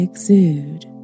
Exude